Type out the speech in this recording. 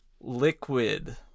liquid